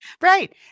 Right